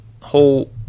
whole